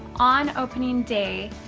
on opening day,